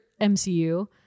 mcu